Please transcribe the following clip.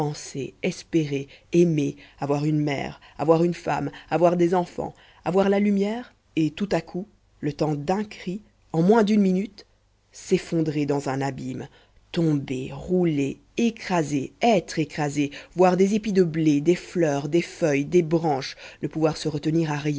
espérer aimer avoir une mère avoir une femme avoir des enfants avoir la lumière et tout à coup le temps d'un cri en moins d'une minute s'effondrer dans un abîme tomber rouler écraser être écrasé voir des épis de blé des fleurs des feuilles des branches ne pouvoir se retenir